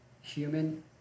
Human